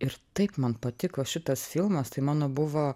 ir taip man patiko šitas filmas tai mano buvo